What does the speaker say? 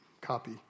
copy